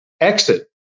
exit